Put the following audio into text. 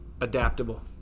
adaptable